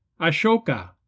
Ashoka